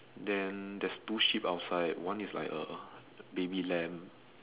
then there's two sheep outside one is like a a baby lamb